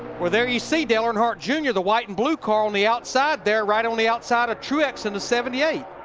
there you see dale earnhardt jr, the white and blue car on the outside there, right on the outside of truex in the seventy eight.